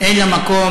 אין לה מקום,